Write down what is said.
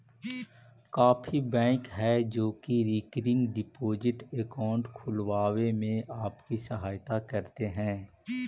काफी बैंक हैं जो की रिकरिंग डिपॉजिट अकाउंट खुलवाने में आपकी सहायता करते हैं